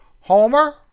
Homer